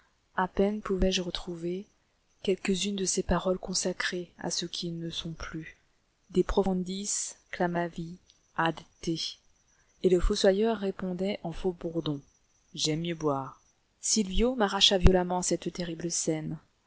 à peine pouvais-je retrouver quelques-unes de ces paroles consacrées à ceux qui ne sont plus de profundis clamavi ad te et le fossoyeur répondait en faux-bourdon j'aime mieux boire sylvio m'arracha violemment à cette terrible scène